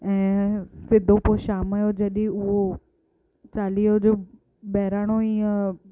ऐं सिधो पो शाम जो जॾहिं उहो चालीहो जो बहिराणो ईअं